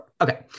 Okay